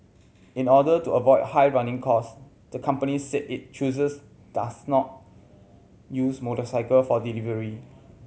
in order to avoid high running cost the company said it chooses does not use motorcycle for delivery